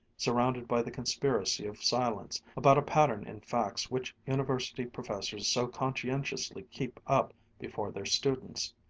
surrounded by the conspiracy of silence about a pattern in facts which university professors so conscientiously keep up before their students.